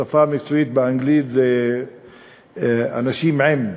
השפה המקצועית באנגלית זה "אנשים עם"